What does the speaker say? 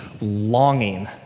longing